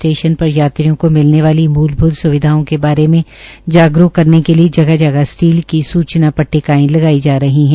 station पर यात्रियों को मिलने वाली मूलभूत स्विधाओं के बारे में जागरूक करने के लिये जगह जगह स्टील की सूचना पट्किायें लगाई जा रहे है